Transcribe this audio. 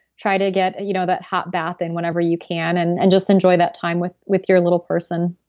try to get you know that hot bath in whenever you can. and and just enjoy that time with with your little person